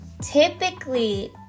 typically